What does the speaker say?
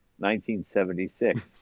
1976